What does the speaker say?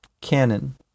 cannon